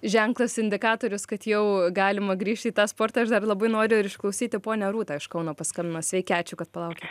ženklas indikatorius kad jau galima grįžti į tą sportą aš dar labai noriu ar išklausyti ponia rūta iš kauno paskambino sveiki ačiū kad palaukėte